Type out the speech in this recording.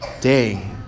day